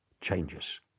changes